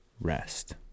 rest